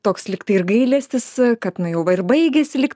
toks lyg tai ir gailestis kad nu jau va ir baigėsi lyg